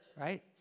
Right